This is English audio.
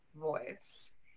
voice